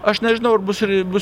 aš nežinau ar bus bus